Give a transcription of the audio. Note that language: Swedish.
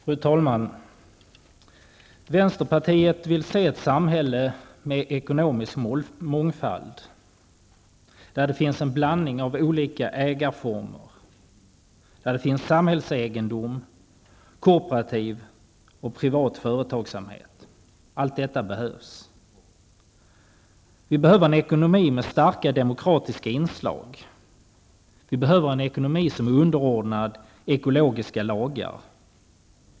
Fru talman! Vänsterpartiet vill se ett samhälle med ekonomisk mångfald, där det finns en blandning av olika ägarformer, där det finns samhällsegendom, kooperativ och privat företagsamhet. Allt detta behövs. Vi behöver en ekonomi med starka demokratiska inslag. Vi behöver en ekonomi som är underordnad ekologiska lagar.